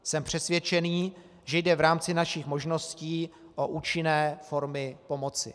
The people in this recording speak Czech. Jsem přesvědčený, že jde v rámci našich možností o účinné formy pomoci.